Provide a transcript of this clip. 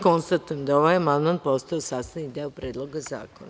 Konstatujem da je ovaj amandman postao sastavni deo Predloga zakona.